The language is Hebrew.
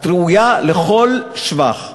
את ראויה לכל שבח.